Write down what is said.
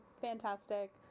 fantastic